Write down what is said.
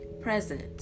present